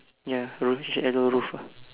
ya row shadow roof ah